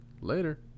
later